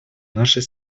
нашей